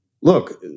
look